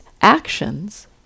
actions